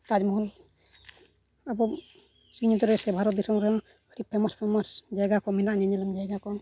ᱛᱟᱡᱽ ᱢᱚᱦᱚᱞ ᱟᱵᱚ ᱥᱤᱧᱚᱛ ᱨᱮ ᱥᱮ ᱵᱷᱟᱨᱚᱛ ᱫᱤᱥᱚᱢ ᱨᱮ ᱟᱹᱰᱤ ᱯᱷᱮᱢᱟᱥ ᱯᱷᱮᱢᱟᱥ ᱡᱟᱭᱜᱟ ᱠᱚ ᱢᱮᱱᱟᱜᱼᱟ ᱧᱮᱧᱮᱞᱟᱱ ᱡᱟᱭᱜᱟ ᱠᱚ